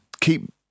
keep